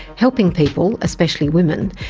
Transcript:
helping people, especially women,